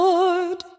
Lord